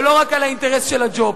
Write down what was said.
ולא רק על האינטרס של הג'וב.